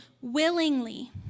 willingly